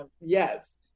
yes